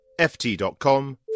FT.com